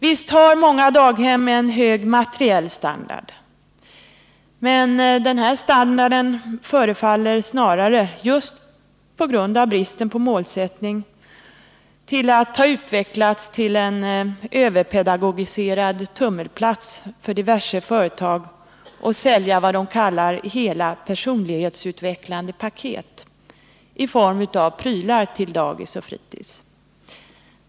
Visst har många daghem en hög materiell standard, men denna standard förefaller snarare — just på grund av bristen på målsättning — att ha utvecklats till en överpedagogiserad tummelplats för diverse företag att sälja vad de kallar ”hela personlighetsutvecklande paket” i form av prylar till dagis och fritis.